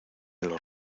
los